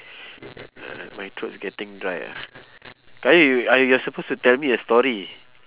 my throat's getting dry ah qayyum y~ are you are suppose to tell me a story